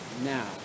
now